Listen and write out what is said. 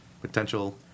potential